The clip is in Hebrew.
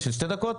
של שתי דקות?